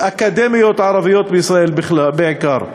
אקדמאיות ערביות בישראל בעיקר.